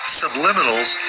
subliminals